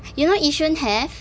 you know yishun have